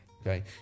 okay